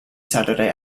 saturday